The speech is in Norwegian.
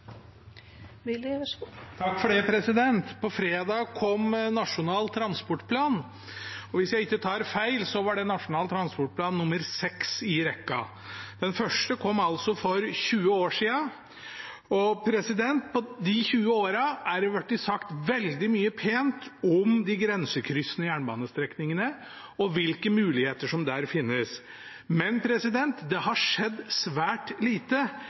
På fredag kom Nasjonal transportplan. Hvis jeg ikke tar feil, var denne nasjonale transportplanen nr. 6 i rekka. Den første kom for 20 år siden. På de 20 årene er det blitt sagt veldig mye pent om de grensekryssende jernbanestrekningene og hvilke muligheter som der finnes. Men det har skjedd svært lite